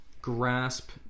grasp